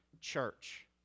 church